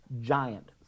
giant